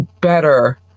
better